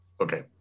Okay